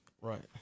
right